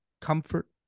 comfort